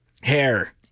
Hair